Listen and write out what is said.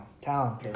Talent